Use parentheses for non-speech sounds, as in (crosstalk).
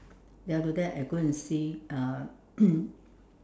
then after that I go and see uh (coughs)